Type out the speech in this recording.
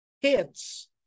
hits